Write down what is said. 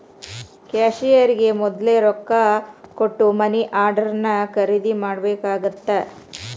ಕ್ಯಾಶಿಯರ್ಗೆ ಮೊದ್ಲ ರೊಕ್ಕಾ ಕೊಟ್ಟ ಮನಿ ಆರ್ಡರ್ನ ಖರೇದಿ ಮಾಡ್ಬೇಕಾಗತ್ತಾ